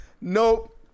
Nope